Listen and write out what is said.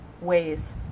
ways